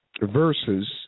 versus